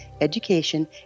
education